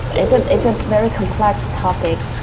it's ah it's a very complex topic.